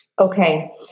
Okay